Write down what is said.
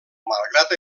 malgrat